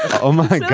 oh, my god.